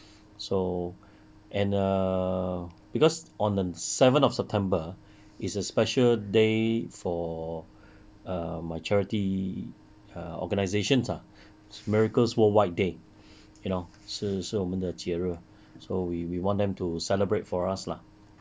so and err and um because on the seven of september it's a special day for uh my charity err organizations lah miracles worldwide day you know 是我们的节日 so we we want them to celebrate for us lah